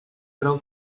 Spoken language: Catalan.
prou